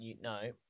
no